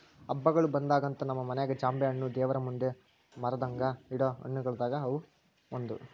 ಹಬ್ಬಗಳು ಬಂದಾಗಂತೂ ನಮ್ಮ ಮನೆಗ ಜಾಂಬೆಣ್ಣು ದೇವರಮುಂದೆ ಮರೆದಂಗ ಇಡೊ ಹಣ್ಣುಗಳುಗ ಅದು ಒಂದು